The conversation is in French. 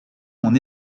mon